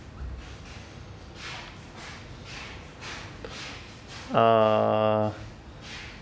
uh